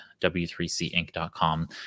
w3cinc.com